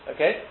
Okay